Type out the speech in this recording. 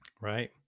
Right